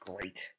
Great